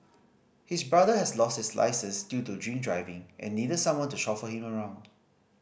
his brother has lost his licence due to drink driving and needed someone to chauffeur him around